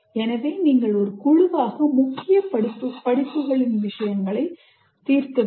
எனவே நீங்கள் ஒரு குழுவாக முக்கிய படிப்புகளின் விஷயங்களை தீர்க்க வேண்டும்